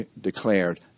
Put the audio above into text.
declared